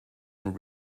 and